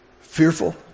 fearful